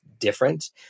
different